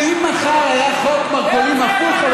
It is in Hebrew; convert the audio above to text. אם מחר היה חוק מרכולים הפוך,